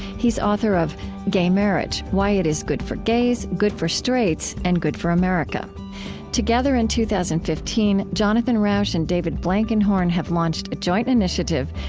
he's author of gay marriage why it is good for gays, good for straights, and good for america together, in two thousand and fifteen, jonathan rauch and david blankenhorn have launched a joint initiative,